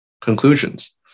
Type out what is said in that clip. Conclusions